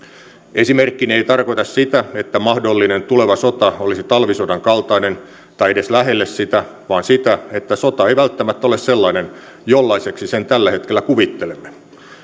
esimerkkini ei tarkoita sitä että mahdollinen tuleva sota olisi talvisodan kaltainen tai edes lähelle sitä vaan sitä että sota ei välttämättä ole sellainen jollaiseksi sen tällä hetkellä kuvittelemme